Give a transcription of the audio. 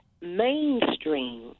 mainstream